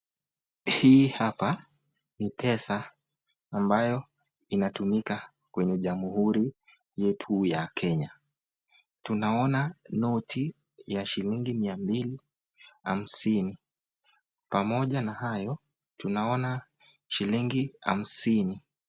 Hii hapa ni pesa ambayo inatumika kwenye jamhuri yetu ya Kenya. Tunaona noti ya mia mbili, hamsini. Pamoja na hayo tunaona shilingi hamsini.